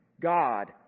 God